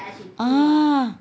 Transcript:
ah